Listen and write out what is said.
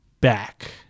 back